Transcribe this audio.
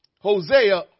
Hosea